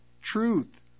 truth